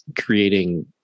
creating